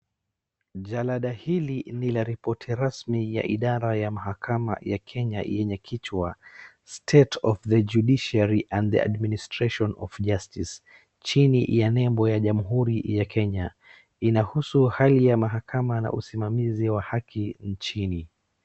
Jalada hili ni la ripoti rasmi ni ya idara ya mahakama ya Kenya yenye kichwa state of the judiciary and the administration of justice chini ya nembo ya jamhuri ya Kenya. Inahusu hali ya mahakama na usimamizi wa haki nchini.